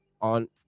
on